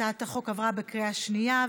הצעת החוק עברה בקריאה שנייה.